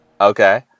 okay